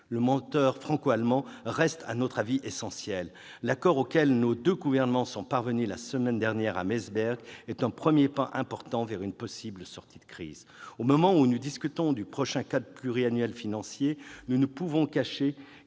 le moteur franco-allemand reste, à notre avis, essentiel. L'accord auquel nos deux gouvernements sont parvenus la semaine dernière à Meseberg est un premier pas important vers une possible sortie de crise. Au moment où nous discutons du prochain cadre financier pluriannuel, nous ne pouvons cacher